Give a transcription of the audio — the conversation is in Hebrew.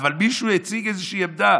אבל מישהו הציג איזושהי עמדה.